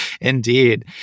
Indeed